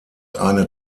eine